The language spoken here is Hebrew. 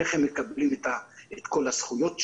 איך הם מקבלים את כל הזכויות שלהם,